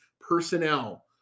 personnel